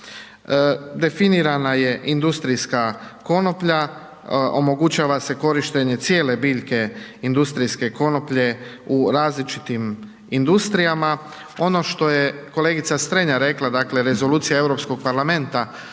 Definirana je industrijska konoplja, omogućava se korištenje cijele biljke industrijske konoplje u različitim industrijama, ono što je kolegica Strenja rekla, dakle rezolucija Europskog parlamenta